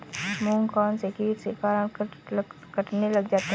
मूंग कौनसे कीट के कारण कटने लग जाते हैं?